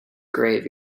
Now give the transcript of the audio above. grave